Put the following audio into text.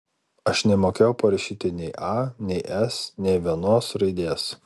aš nemokėjau parašyti nei a nei s nė vienos raidės